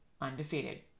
undefeated